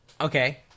Okay